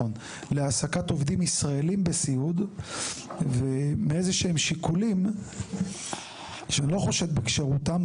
להעסקת עובדים ישראלים בסיעוד ובאיזה שהם שיקולים שאני לא חושד בכשרותם,